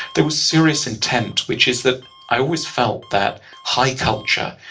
there was serious intent, which is that i always felt that high culture,